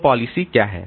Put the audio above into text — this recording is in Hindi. तो पॉलिसी क्या है